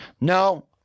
No